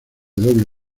doble